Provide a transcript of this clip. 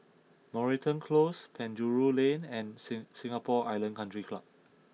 Moreton Close Penjuru Lane and sing Singapore Island Country Club